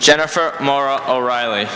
jennifer maura o'reilly